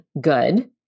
Good